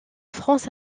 france